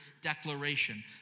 declaration